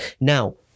Now